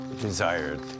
desired